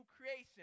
creation